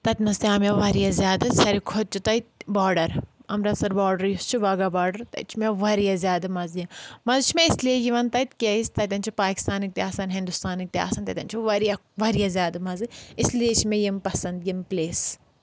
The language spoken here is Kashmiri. تَتۍ نَس تہِ آو مےٚ واریاہ زیادٕ ساروی کھۄتہٕ چھُ تَتہِ باڈَر اَمرَتسَر باڈَر یُس چھُ واگا باڈَر تَتہِ چھُ مےٚ واریاہ زیادٕ مَزٕ یِہ مَزٕ چھُ مےٚ اِسلیے یِوَن تَتہِ کیازِ تَتؠن چھِ پاکِستانٕکۍ تہِ آسان ہِندوستانٕکۍ تہِ آسان تَتؠن چھُ واریاہ واریاہ زیادٕ مَزٕ اس لیے چھِ مےٚ یِم پَسنٛد یِم پٕلیس